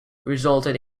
resulted